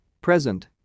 present